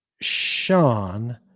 Sean